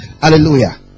Hallelujah